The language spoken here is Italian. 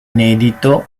inedito